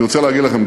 אני רוצה להגיד לכם,